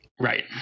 Right